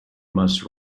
must